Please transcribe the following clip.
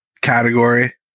category